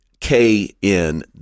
K-N